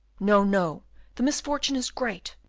no, no the misfortune is great,